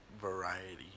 variety